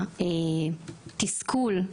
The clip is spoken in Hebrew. התסכול,